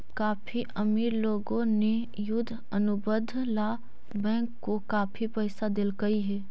काफी अमीर लोगों ने युद्ध अनुबंध ला बैंक को काफी पैसा देलकइ हे